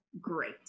great